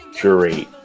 curate